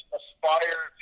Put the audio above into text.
aspire